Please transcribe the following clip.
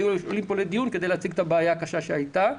היו עולים פה לדיון כדי להציג את הבעיה הקשה שהייתה.